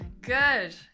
Good